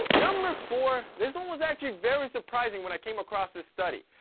number four this one was actually very surprising when i came across this study.